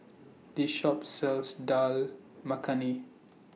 This Shop sells Dal Makhani